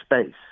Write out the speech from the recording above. space